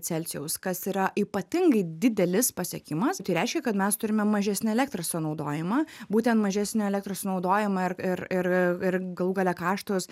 celcijaus kas yra ypatingai didelis pasiekimas tai reiškia kad mes turime mažesnį elektros sonaudojimą būtent mažesnį elektros sunaudojimą ir ir ir ir galų gale kaštus